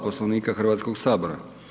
Poslovnika Hrvatskog sabora.